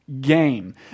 Game